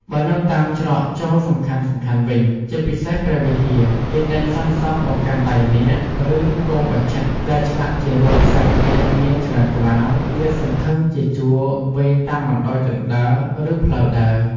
បើនៅតាមច្រកចូលសំខាន់ៗវិញ ជាពិសេសព្រះវិហារ គេតែងសាងសង់បង្កាន់ដៃនាគ ឬគោមបញ្ឆិត ដែលឆ្លាក់ជារូបសត្វនាគមានច្រើនក្បាល លាតសន្ធឹងជាជួរវែងតាមបណ្តោយជណ្តើរ ឬផ្លូវដើរ។